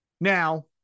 Now